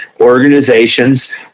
organizations